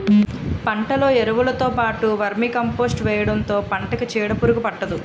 పంటలో ఎరువులుతో పాటు వర్మీకంపోస్ట్ వేయడంతో పంటకి చీడపురుగు పట్టదు